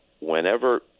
whenever